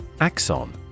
Axon